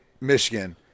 Michigan